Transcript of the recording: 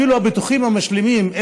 אפילו הביטוחים המשלימים,